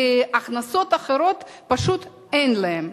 והכנסות אחרות פשוט אין להם.